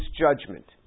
judgment